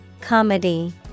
Comedy